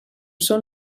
són